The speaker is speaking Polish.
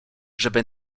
żeby